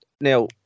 now